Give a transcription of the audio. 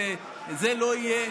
זה לא יהיה.